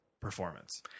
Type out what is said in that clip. performance